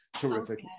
terrific